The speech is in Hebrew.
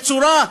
בצורה,